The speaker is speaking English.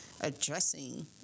addressing